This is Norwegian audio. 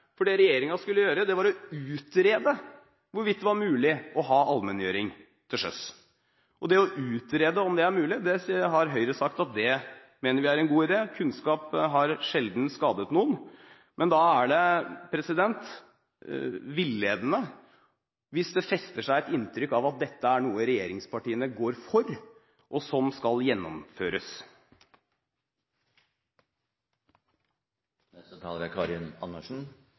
Det regjeringen skulle gjøre, var å utrede hvorvidt det var mulig å ha allmenngjøring til sjøs. Å utrede om det er mulig, har Høyre sagt er en god idé. Kunnskap har sjelden skadet noen. Men da er det villedende hvis det fester seg et inntrykk av at dette er noe regjeringspartiene går for, og noe som skal gjennomføres. SV er